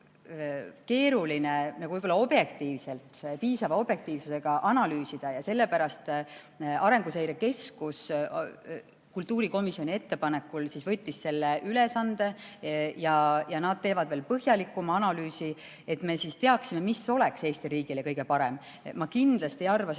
keeruline objektiivselt, piisava objektiivsusega analüüsida. Ja sellepärast Arenguseire Keskus kultuurikomisjoni ettepanekul võttis selle ülesande enda peale ja nad teevad veel põhjalikuma analüüsi, et me teaksime, mis oleks Eesti riigile kõige parem. Ma kindlasti ei arva, et